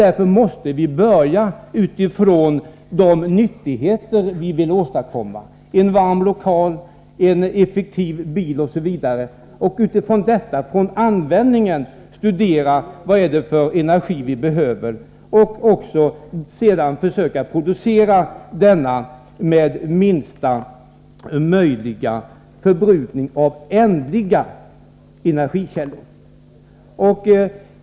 Därför måste vi börja med att med tanke på de nyttigheter som vi vill åstadkomma — en varm lokal, en effektiv bil, osv. — studera vad det är för energi som vi behöver och sedan försöka producera denna energi med minsta möjliga förbrukning av ändliga energikällor.